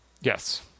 yes